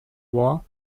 war